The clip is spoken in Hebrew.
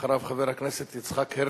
אחריו, חבר הכנסת יצחק הרצוג,